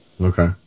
Okay